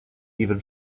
even